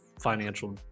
financial